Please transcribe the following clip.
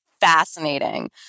fascinating